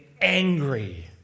angry